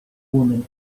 woman